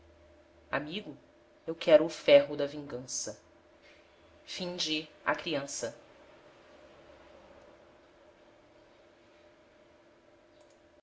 amigo eu quero o ferro da vingança a cruz